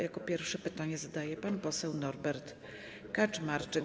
Jako pierwszy pytanie zadaje pan poseł Norbert Kaczmarczyk.